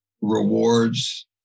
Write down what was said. rewards